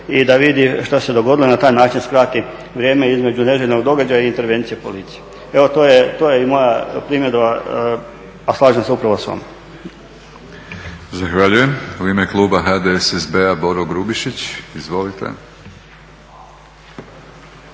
i da vidi šta se dogodilo i na taj način skrati vrijeme između neželjenog događaja i intervencije policije. Evo to je i moja primjedba a slažem se upravo s vama. **Batinić, Milorad (HNS)** Zahvaljujem. U ime kluba HDSSB-a Boro Grubišić. Izvolite.